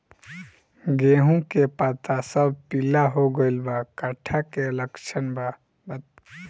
गेहूं के पता सब पीला हो गइल बा कट्ठा के लक्षण बा?